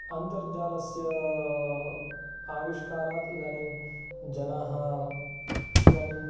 अन्तर्जालस्य आविष्कारात् इदानीं जनाः इदानीं